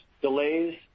delays